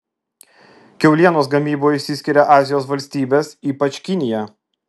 kiaulienos gamyboje išsiskiria azijos valstybės ypač kinija